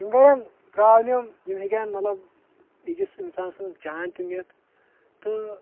یِم کرن پرابلِم یِم ہیکِن مطلب أکِس انسان سٕنز جان تہِ نِتھ تہٕ